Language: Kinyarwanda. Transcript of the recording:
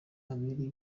abari